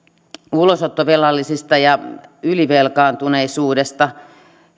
ulosottovelallisista ja ylivelkaantuneisuudesta